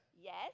yes